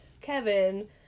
kevin